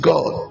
God